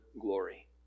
glory